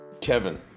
Kevin